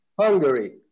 Hungary